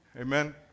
Amen